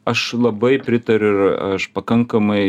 aš labai pritariu ir aš pakankamai